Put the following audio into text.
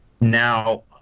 now